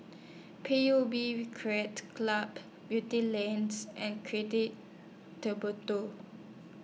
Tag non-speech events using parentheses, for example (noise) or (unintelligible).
P U B Recreate Club Beatty Lanes and (unintelligible)